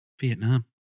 Vietnam